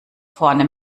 vorne